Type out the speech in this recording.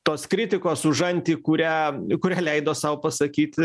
tos kritikos užanty kurią kuris leido sau pasakyti